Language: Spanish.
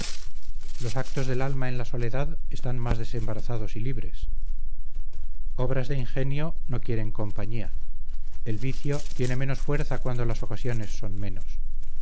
los actos del alma en la soledad están más desembarazados y libres obras de ingenio no quieren compañía el vicio tiene menos fuerza cuando las ocasiones son menos